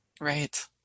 Right